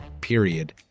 period